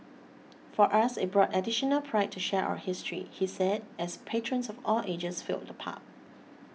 for us it brought additional pride to share our history he said as patrons of all ages filled the pub